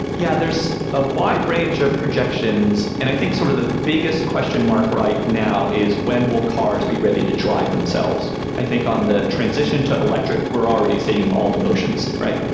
yeah, there's a wide range of projections. and i think sort of the biggest question mark right now is when will cars be ready to drive themselves? i think on the transition to electric, we're already seeing all the motions, right?